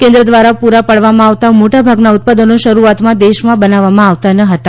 કેન્દ્ર દ્વારા પૂરા પાડવામાં આવતા મોટાભાગના ઉત્પાદનો શરૂઆતમાં દેશમાં બનાવવામાં આવતા ન હતા